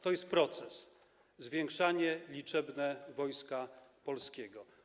To jest proces - zwiększanie liczebne Wojska Polskiego.